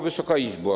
Wysoka Izbo!